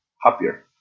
happier